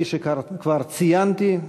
כפי שכבר ציינתי,